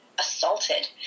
assaulted